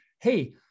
hey